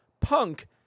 Punk